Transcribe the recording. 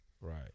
Right